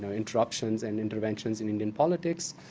interruptions and interventions in indian politics,